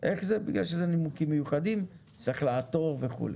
כי זה מנימוקים מיוחדים, צריך לעתור וכו'.